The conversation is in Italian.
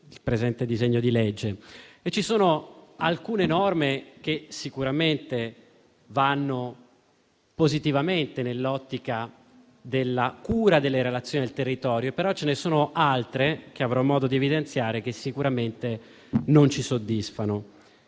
il presente disegno di legge. Esso contiene alcune norme che vanno positivamente nell'ottica della cura delle relazioni del territorio, però ce ne sono altre, che avrò modo di evidenziare, che sicuramente non ci soddisfano.